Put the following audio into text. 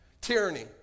tyranny